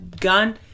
gun